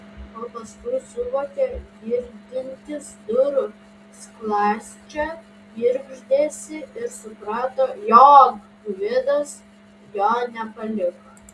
o paskui suvokė girdintis durų skląsčio girgždesį ir suprato jog gvidas jo nepaliko